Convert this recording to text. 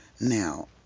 Now